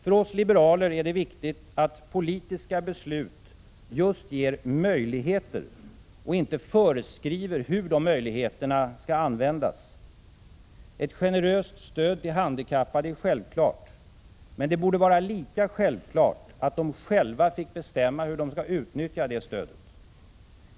För oss liberaler är det viktigt att politiska beslut just ger möjligheter och inte föreskriver hur de möjligheterna skall användas. Ett generöst stöd till handikappade är självklart, men det borde vara lika självklart att de själva fick bestämma hur de vill utnyttja det.